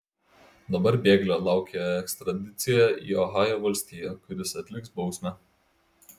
dabar bėglio laukia ekstradicija į ohajo valstiją kur jis atliks bausmę